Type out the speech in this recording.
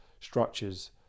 structures